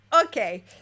okay